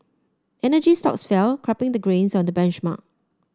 energy stocks fell capping the gains on the benchmark